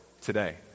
today